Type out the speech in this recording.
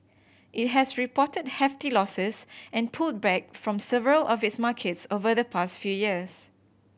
it has reported hefty losses and pulled back from several of its markets over the past few years